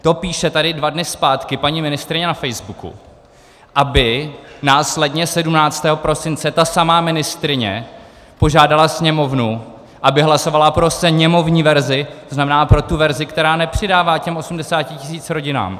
To píše tady dva dny zpátky paní ministryně na facebooku, aby následně 17. prosince ta samá ministryně požádala Sněmovnu, aby hlasovala pro sněmovní verzi, to znamená pro tu verzi, která nepřidává těch 80 tisíc rodinám.